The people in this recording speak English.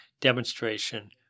demonstration